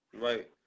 right